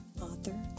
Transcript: author